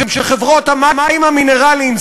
שחברות המים המינרליים,